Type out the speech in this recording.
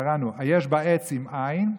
"היש בה עץ אם אין".